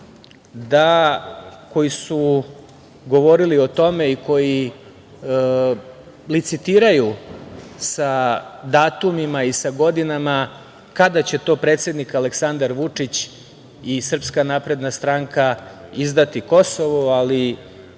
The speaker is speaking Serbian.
koji su govorili o tome i koji licitiraju sa datumima i sa godinama kada će to predsednik Aleksandar Vučić i SNS izdati Kosovo, ali